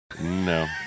No